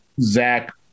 Zach